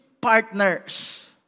partners